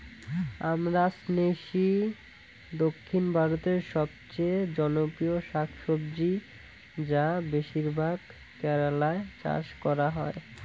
আমরান্থেইসি দক্ষিণ ভারতের সবচেয়ে জনপ্রিয় শাকসবজি যা বেশিরভাগ কেরালায় চাষ করা হয়